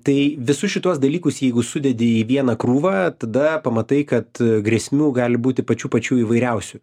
tai visus šituos dalykus jeigu sudedi į vieną krūvą tada pamatai kad grėsmių gali būti pačių pačių įvairiausių